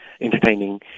entertaining